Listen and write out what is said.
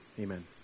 Amen